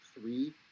three